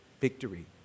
Victory